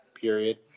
period